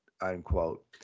unquote